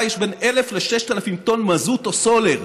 יש בין 1,000 ל-6,000 טון מזוט או סולר.